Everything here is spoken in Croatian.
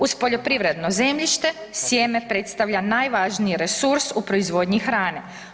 Uz poljoprivredno zemljište sjeme predstavlja najvažniji resurs u proizvodnji hrane.